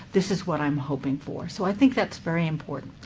this is what i'm hoping for. so i think that's very important.